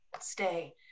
Stay